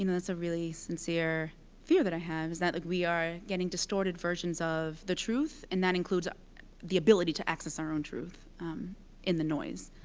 you know it's a really sincere fear that i have, is that like we are getting distorted versions of the truth, and that includes the ability to access our own truth in the noise.